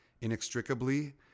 inextricably